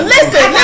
Listen